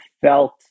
felt